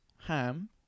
Ham